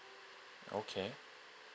okay